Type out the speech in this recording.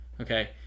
okay